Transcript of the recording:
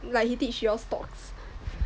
like he teach you all stocks